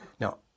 Now